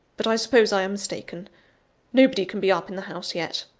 but i suppose i am mistaken nobody can be up in the house yet.